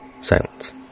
Silence